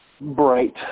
bright